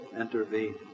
intervene